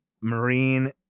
Marine